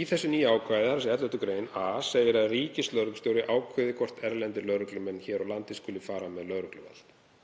Í þessu nýja ákvæði, 11. gr. a, segir að ríkislögreglustjóri ákveði hvort erlendir lögreglumenn hér á landi skuli fara með lögregluvald.